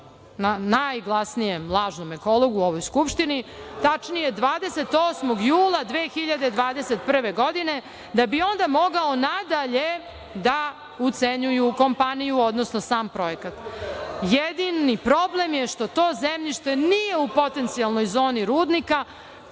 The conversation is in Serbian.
najglasnijem lažnom ekologu u ovoj Skupštini, tačnije 28. jula. 2021. godine, da bi onda mogli nadalje da ucenjuju kompaniju, odnosno sam projekat. Jedini problem je što to zemljište nije u potencijalnoj zoni rudnika,